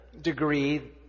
degree